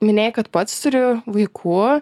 minėjai kad pats turi vaikų